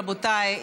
רבותיי,